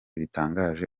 bitangaje